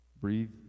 breathe